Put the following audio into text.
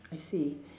I see